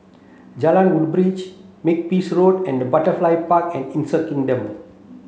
Jalan Woodbridge Makepeace Road and Butterfly Park and Insect Kingdom